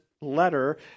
letter